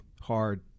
hard